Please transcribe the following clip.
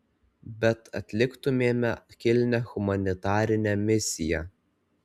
bet atliktumėme kilnią humanitarinę misiją